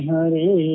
Hare